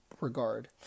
regard